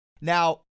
now